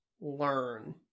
learn